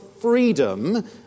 freedom